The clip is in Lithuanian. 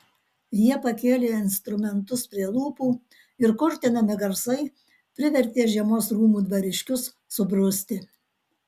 jie pakėlė instrumentus prie lūpų ir kurtinami garsai privertė žiemos rūmų dvariškius subruzti